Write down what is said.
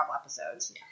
episodes